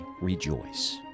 rejoice